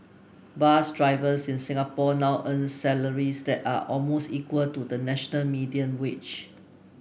bus drivers in Singapore now earn salaries that are almost equal to the national median wage